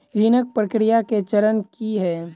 ऋण प्रक्रिया केँ चरण की है?